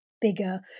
bigger